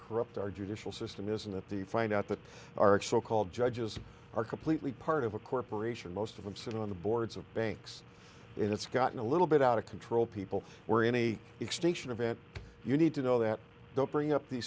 corrupt our judicial system isn't that the find out that our so called judges are completely part of a corporation most of them sit on the boards of banks it's gotten a little bit out of control people were any extinction event you need to know that don't bring up these